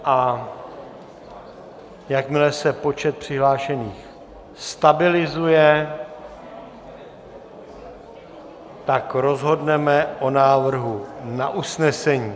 A jakmile se počet přihlášených stabilizuje, rozhodneme o návrhu na usnesení.